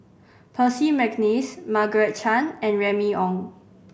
Percy McNeice Margaret Chan and Remy Ong